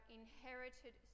inherited